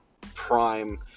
prime